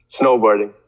Snowboarding